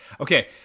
Okay